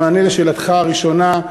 במענה על שאלתך הראשונה,